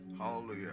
Hallelujah